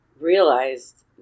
realized